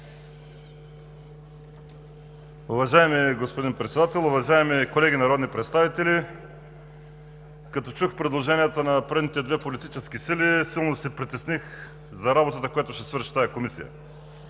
Уважаеми господин Председател, уважаеми колеги народни представители! Като чух предложенията на предните две политически сили, силно се притесних за работата, която ще свърши тази комисия.